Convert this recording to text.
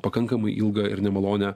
pakankamai ilgą ir nemalonią